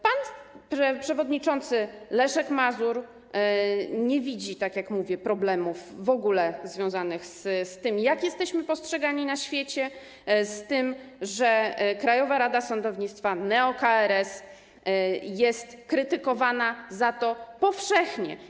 Pan przewodniczący Leszek Mazur nie widzi w ogóle, tak jak mówię, problemów związanych z tym, jak jesteśmy postrzegani na świecie, z tym, że Krajowa Rada Sądownictwa, neo-KRS jest krytykowana za to powszechnie.